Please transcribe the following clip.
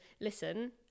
listen